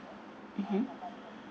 mmhmm